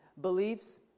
beliefs